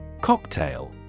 Cocktail